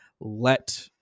let